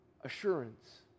assurance